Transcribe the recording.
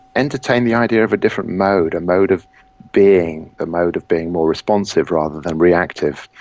entertain the idea of a different mode, a mode of being, a mode of being more responsive rather than reactive,